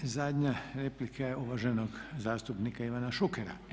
I zadnja replika je uvaženog zastupnika Ivana Šukera.